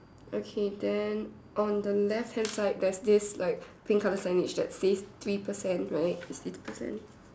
okay then on the left hand side there's this like pink colour signage that says three percent right you see the percent